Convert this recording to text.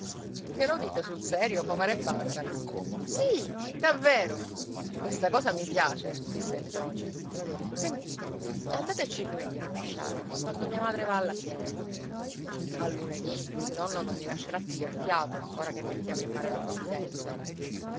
che lo dite sul serio comare barbara sì davvero questa cosa mi piace disse ntoni sentite andateci il lunedì alla sciara quando mia madre va alla fiera al lunedì il nonno non mi lascerà pigliar fiato ora che mettiamo in mare la provvidenza